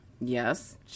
Yes